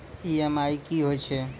EMI कि होय छै?